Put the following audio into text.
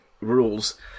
rules